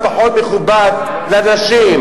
היושב-ראש,